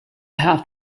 have